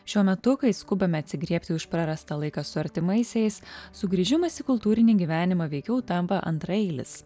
šiuo metu kai skubame atsigriebti už prarastą laiką su artimaisiais sugrįžimas į kultūrinį gyvenimą veikiau tampa antraeilis